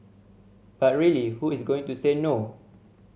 but really who is going to say no